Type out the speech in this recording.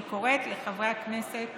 אני קוראת לחברי הכנסת